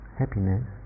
happiness